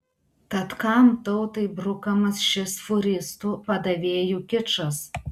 tad kam tautai brukamas šis fūristų padavėjų kičas